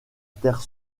terre